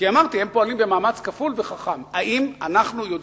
כי אמרתי, הם פועלים במאמץ כפול וחכם.